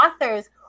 authors